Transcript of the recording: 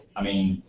i mean,